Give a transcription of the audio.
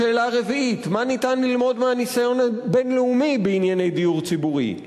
השאלה הרביעית: מה אפשר ללמוד מהניסיון הבין-לאומי בענייני דיור ציבורי?